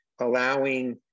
allowing